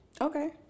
Okay